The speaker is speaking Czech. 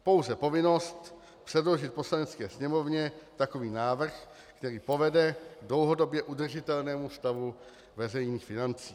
Pouze povinnost, předložit Poslanecké sněmovně takový návrh, který povede k dlouhodobě udržitelnému stavu veřejných financí.